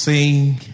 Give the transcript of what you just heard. Sing